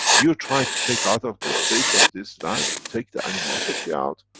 you try to take out of the space of this land. take the animosity out.